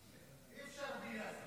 אי-אפשר בלי יאסר.